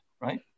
right